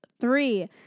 Three